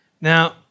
Now